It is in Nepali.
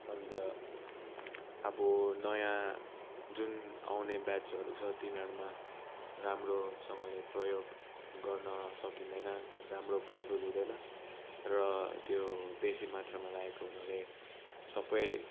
अन्त अब नयाँ जुन आउने ब्याजहरू छ तिनीहरूमा राम्रोसँगले प्रयोग गर्न सकिँदैन राम्रो फलफुल हुँदैन र त्यो बेसी मात्रामा लाएको हुनाले सबै